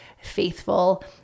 faithful